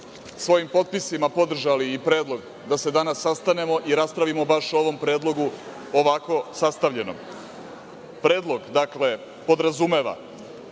svojim potpisima podržali i predlog da se danas sastanemo i raspravimo baš o ovom predlogu ovako sastavljenom. Predlog podrazumeva